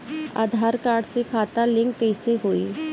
आधार card से खाता link कईसे होई?